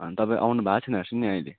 अन्त तपाईँ आउनु भएकै छैन रहेछ नि अहिले